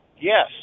Yes